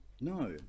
No